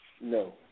No